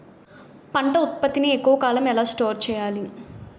పంట ఉత్పత్తి ని ఎక్కువ కాలం ఎలా స్టోర్ చేయాలి?